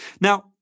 Now